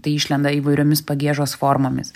tai išlenda įvairiomis pagiežos formomis